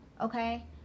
okay